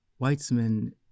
Weitzman